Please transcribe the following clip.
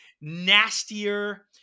nastier